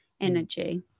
energy –